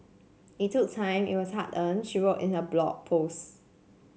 it took time it was hard earned she wrote in her Blog Post